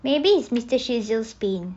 maybe it's pain